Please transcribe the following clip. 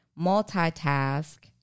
multitask